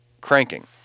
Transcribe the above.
cranking